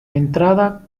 entrada